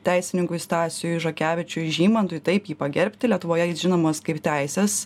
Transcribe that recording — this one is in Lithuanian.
teisininkui stasiui žakevičiui žymantui taip jį pagerbti lietuvoje jis žinomas kaip teisės